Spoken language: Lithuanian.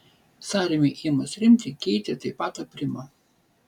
sąrėmiui ėmus rimti keitė taip pat aprimo